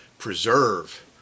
preserve